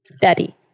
Daddy